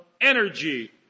energy